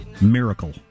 miracle